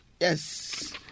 Yes